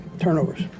turnovers